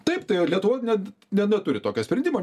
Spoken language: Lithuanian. taip tai lietuva net net neturi tokio sprendimo